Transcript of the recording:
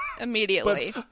immediately